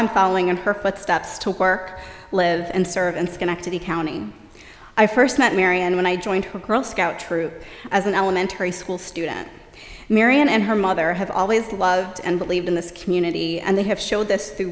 i'm following in her footsteps to work live and serve in schenectady counting i first met marion when i joined her girl scout troop as an elementary school student marian and her mother have always loved and believed in this community and they have showed this through